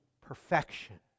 perfection